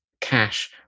cash